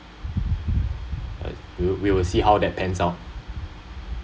we we will see how that pans out